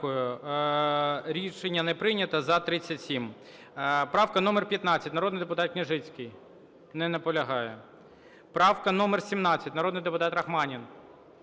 Дякую. Рішення не прийнято. За – 37. Правка номер 15, народний депутат Княжицький. Не наполягає. Правка номер 17, народний депутат Рахманін.